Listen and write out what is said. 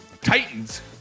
Titans